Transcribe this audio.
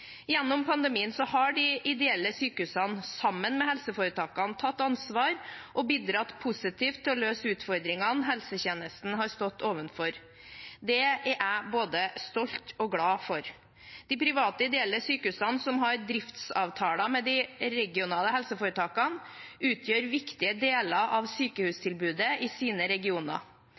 Gjennom pandemien har de ideelle sykehusene – sammen med helseforetakene – tatt ansvar og bidratt positivt til å løse utfordringene helsetjenesten har stått overfor. Det er jeg både stolt over og glad for. De private ideelle sykehusene som har driftsavtaler med de regionale helseforetakene, utgjør viktige deler av sykehustilbudet i sine regioner.